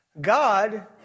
God